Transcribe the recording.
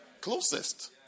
Closest